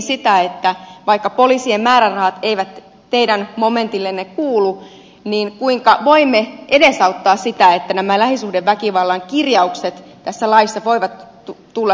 kysynkin sitä vaikka poliisien määrärahat eivät teidän momentillenne kuulu kuinka voimme edesauttaa sitä että nämä lähisuhdeväkivallan kirjaukset tässä laissa voivat tulla sitten käytäntöön